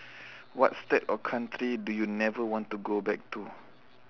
what state or country do you never want to go back to